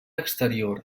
exterior